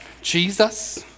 Jesus